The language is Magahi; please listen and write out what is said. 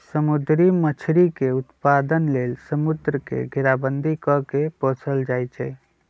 समुद्री मछरी के उत्पादन लेल समुंद्र के घेराबंदी कऽ के पोशल जाइ छइ